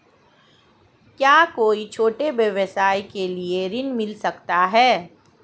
क्या कोई छोटे व्यवसाय के लिए ऋण मिल सकता है?